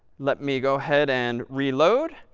let me go ahead and reload.